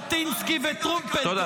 מחנה שגיבוריו היו ז'בוטינסקי וטרומפלדור